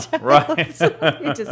right